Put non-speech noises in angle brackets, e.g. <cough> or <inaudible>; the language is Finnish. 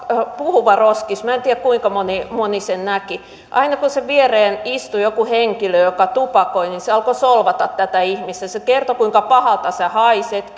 puhuva roskis minä en tiedä kuinka moni moni sen näki aina kun sen viereen istui joku henkilö joka tupakoi se alkoi solvata tätä ihmistä se kertoi kuinka pahalta sinä haiset <unintelligible>